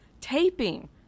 taping